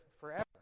forever